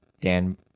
Dan